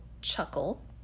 chuckle